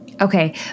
Okay